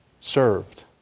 served